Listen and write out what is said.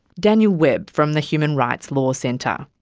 daniel webb, from the human rights law centre.